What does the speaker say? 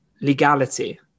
legality